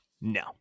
No